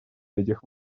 этих